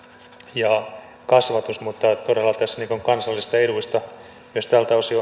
ja kasvatus mutta todella tässä on kansallisista eduista myös tältä osin